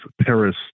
Paris